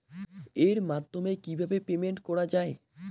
এর মাধ্যমে কিভাবে পেমেন্ট করা য়ায়?